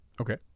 Okay